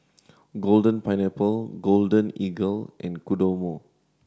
Golden Pineapple Golden Eagle and Kodomo